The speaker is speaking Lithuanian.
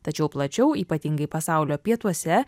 tačiau plačiau ypatingai pasaulio pietuose